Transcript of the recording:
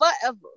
forever